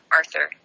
arthur